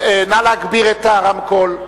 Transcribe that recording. טוב, נא להגביר את הרמקול.